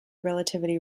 relativity